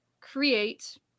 create